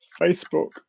Facebook